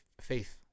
faith